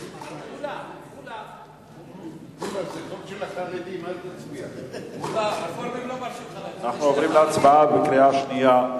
2010. אנחנו עוברים להצבעה בקריאה שנייה.